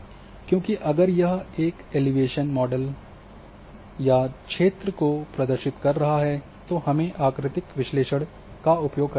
क्योंकि अगर यह एलिवेशन मॉडल ऊंचाई या क्षेत्र को प्रदर्शित कर रहा है तो हमें आकृति विश्लेषण का उपयोग करना होगा